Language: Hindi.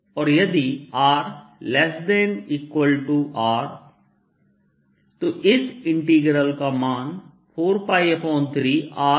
और यदि r≤Rतो इस इंटीग्रल का मान 4π3rsinθ sinϕ लिखा जा सकता है